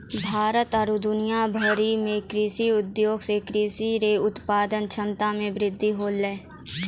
भारत आरु दुनिया भरि मे कृषि उद्योग से कृषि रो उत्पादन क्षमता मे वृद्धि होलै